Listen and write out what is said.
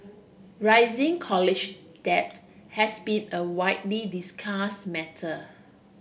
rising college debt has been a widely discuss matter